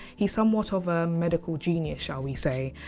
he's somewhat of a medical genius, shall we say.